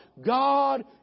God